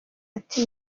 ati